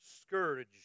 scourged